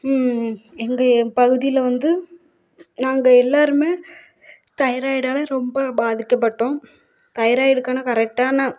எங்கள் பகுதியில வந்து நாங்கள் எல்லாருமே தைராய்டாடில் ரொம்ப பாதிக்கப்பட்டோம் தைராய்டுக்கான கரெக்டான